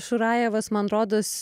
šurajevas man rodos